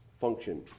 function